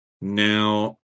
now